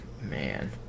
man